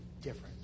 different